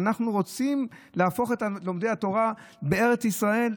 ולזה אנחנו רוצים להפוך את לומדי התורה בארץ ישראל?